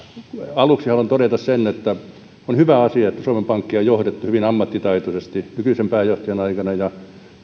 aluksi haluan todeta sen että on hyvä asia että suomen pankkia on johdettu hyvin ammattitaitoisesti edellisen pääjohtajan aikana ja